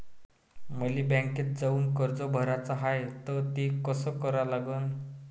मले बँकेत जाऊन कर्ज भराच हाय त ते कस करा लागन?